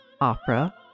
opera